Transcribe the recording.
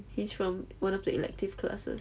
he's from one of the elective classes